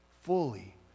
fully